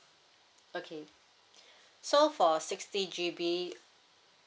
okay so for sixty G_B